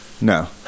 no